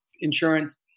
insurance